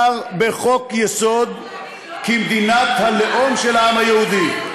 בחוק-יסוד כמדינת הלאום של העם היהודי.